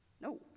No